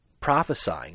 prophesying